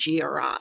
GRI